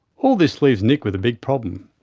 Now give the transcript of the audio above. all this leaves nick with a big problem.